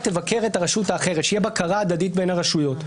היו ניסיונות לגבש חוק-יסוד: